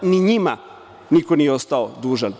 Ni njima niko nije ostao dužan.